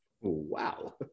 Wow